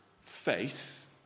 faith